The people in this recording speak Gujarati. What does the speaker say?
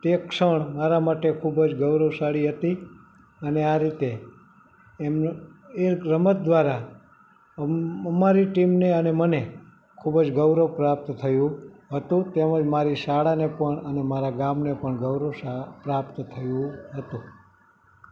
તે ક્ષણ મારા માટે ખૂબ જ ગૌરવશાળી હતી અને આ રીતે એમના એ રમત દ્વારા અમ અમારી ટીમને અને મને ખૂબ જ ગૌરવ પ્રાપ્ત થયું હતું તેમજ મારી શાળાને પણ અને મારા ગામને પણ ગૌરવ શા પ્રાપ્ત થયું હતું